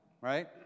right